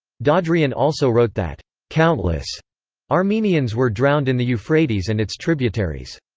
dadrian also wrote that countless armenians were drowned in the euphrates and its tributaries.